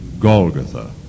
Golgotha